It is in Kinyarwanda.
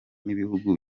n’ibihugu